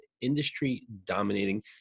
industry-dominating